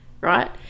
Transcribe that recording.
right